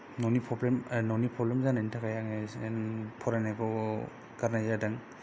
न'नि प्रब्लेम ओ न'नि प्रब्लेम जानायनि थाखाय आङो जेन फरायनायखौ गारनाय जादों